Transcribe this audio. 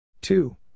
two